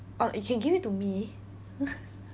or like you can give it to me